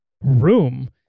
room